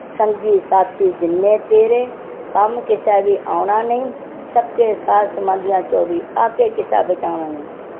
संगी साथी जिन्ने तेरे कम्म किसै बी औना नेईं सक्के साक संबंधियां चों बी आके किसै बचाना निं